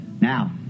Now